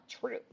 true